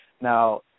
Now